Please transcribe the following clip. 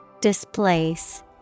Displace